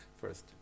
first